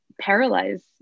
paralyze